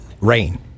Rain